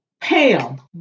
Pam